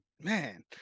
Man